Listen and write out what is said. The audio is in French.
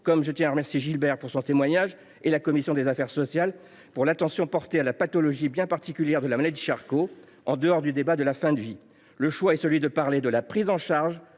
comme je tiens à remercier Gilbert de son témoignage, ainsi que la commission des affaires sociales de l’attention portée à cette pathologie bien particulière qu’est la maladie de Charcot en dehors du débat sur la fin de vie. Le choix est celui de parler de la prise en charge